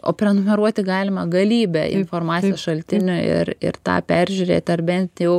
o prenumeruoti galima galybę informacijos šaltinių ir ir tą peržiūrėti ar bent jau